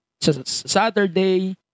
Saturday